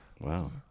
wow